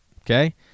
Okay